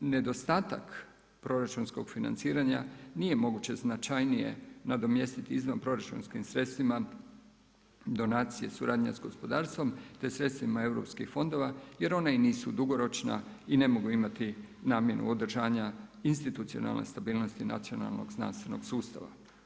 Nedostatak proračunskog financiranja nije moguće značajnije nadomjestiti izvanproračunskim sredstvima donacije suradnje sa gospodarstvom te sredstvima europskih fondova jer one i nisu dugoročna i ne mogu imati namjenu održanja institucionalne stabilnosti nacionalnog znanstvenog sustava.